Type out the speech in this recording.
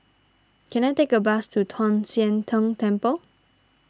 can I take a bus to Tong Sian Tng Temple